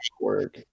work